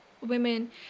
women